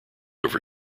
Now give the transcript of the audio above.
over